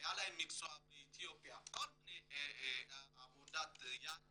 שהיה להם מקצוע באתיופיה בעבודת יד